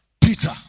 Peter